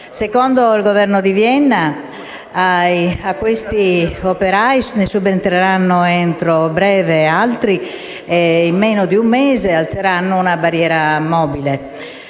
Secondo il Governo di Vienna a questi operai ne subentreranno entro breve altri e in meno di un mese alzeranno una barriera mobile.